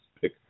pick